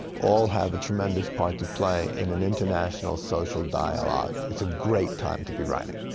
all have a tremendous part to play in an international social dialogue. it's a great time to be writing.